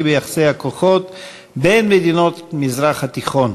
ביחסי הכוחות בין מדינות המזרח התיכון.